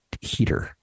heater